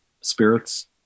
spirits